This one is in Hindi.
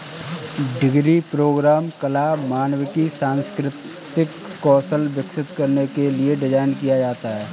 डिग्री प्रोग्राम कला, मानविकी, सांस्कृतिक कौशल विकसित करने के लिए डिज़ाइन किया है